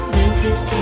Memphis